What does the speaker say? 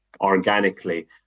organically